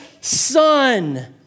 son